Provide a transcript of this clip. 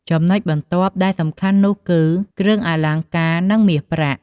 ចំណុចបន្ទាប់ដែលសំខាន់នោះគឺ គ្រឿងអលង្ការ និងមាស ប្រាក់។